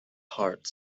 heart